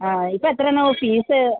ആ ഇപ്പോൾ എത്ര ആണാവോ ഫീസ്